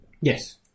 Yes